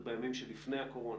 ועוד בימים שלפני הקורונה.